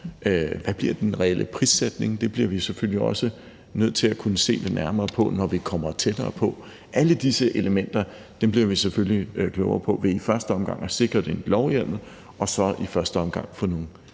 Hvad bliver den reelle prissætning? Det bliver vi selvfølgelig også nødt til at kunne se lidt nærmere på, når vi kommer tættere på. Alle disse elementer bliver vi selvfølgelig klogere på ved i første omgang at sikre denne lovhjemmel og så i næste omgang at få nogle